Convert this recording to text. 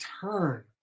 turn